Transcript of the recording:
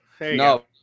no